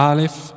Alif